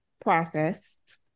processed